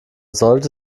sollte